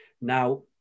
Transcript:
Now